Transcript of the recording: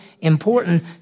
important